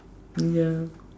ya